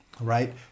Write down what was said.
right